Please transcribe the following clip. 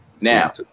Now